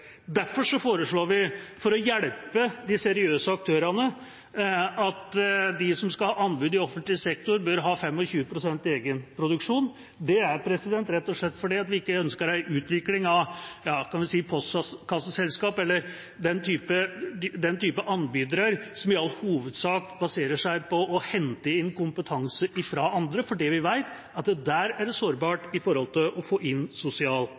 Derfor foreslår vi for å hjelpe de seriøse aktørene at de som skal ha anbud i offentlig sektor, bør ha 25 pst. egenproduksjon. De er rett og slett fordi vi ikke ønsker en utvikling av – skal vi si – postkasseselskap eller den type anbydere som i all hovedsak baserer seg på å hente inn kompetanse fra andre, for vi vet at der er det sårbart når det gjelder sosial